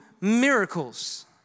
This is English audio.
miracles